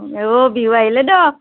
অ' বিহু আহিলে দিয়ক